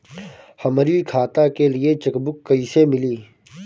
हमरी खाता के लिए चेकबुक कईसे मिली?